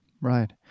Right